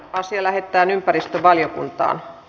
asia lähetettiin ympäristövaliokuntaan